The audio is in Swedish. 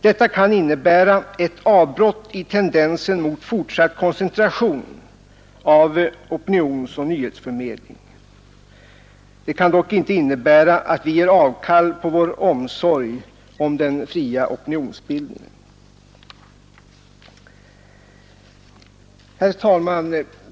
Detta kan innebära ett avbrott i tendensen mot fortsatt koncentration av nyhetsförmedlingen. Det får dock inte innebära att vi ger avkall på vår omsorg om den fria opinionsbildningen. Herr talman!